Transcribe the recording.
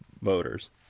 motors